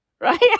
Right